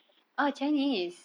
uh qian jin is a